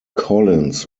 collins